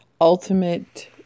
Ultimate